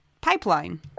pipeline